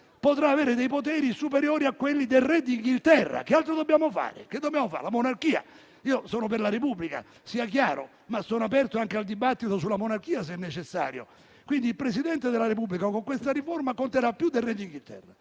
potrà avere dei poteri superiori a quelli del Re d'Inghilterra. Che altro dobbiamo fare? La monarchia? Io sono per la Repubblica, sia chiaro, ma sono aperto anche al dibattito sulla monarchia, se necessario. Il Presidente della Repubblica con questa riforma conterà più del re del